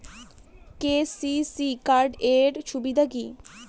KCC card এর সুবিধা কি?